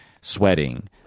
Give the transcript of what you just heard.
sweating